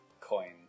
coin